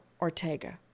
Ortega